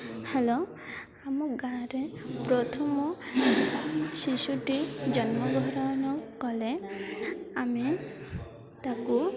hello ଆମ ଗାଁରେ ପ୍ରଥମ ଶିଶୁଟି ଜନ୍ମଗ୍ରହଣ କଲେ ଆମେ ତାକୁ